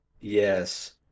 Yes